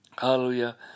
hallelujah